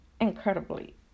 incredibly